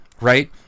right